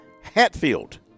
Hatfield